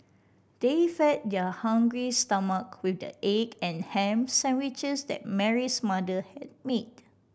they fed their hungry stomach with the egg and ham sandwiches that Mary's mother had made